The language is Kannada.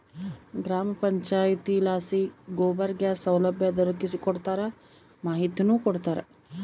ಗ್ರಾಮ ಪಂಚಾಯಿತಿಲಾಸಿ ಗೋಬರ್ ಗ್ಯಾಸ್ ಸೌಲಭ್ಯ ದೊರಕಿಸಿಕೊಡ್ತಾರ ಮಾಹಿತಿನೂ ಕೊಡ್ತಾರ